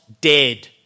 Dead